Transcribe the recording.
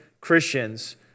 Christians